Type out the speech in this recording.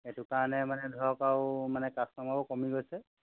সেইটো কাৰণে মানে ধৰক আৰু মানে কাষ্টমাৰো কমি গৈছে